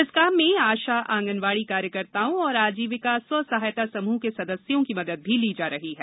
इस काम में आशा आंगनवाड़ी कार्यकर्ताओं और आजीविका स्व सहायता समूह के सदस्यों की मदद भी ली जा रही है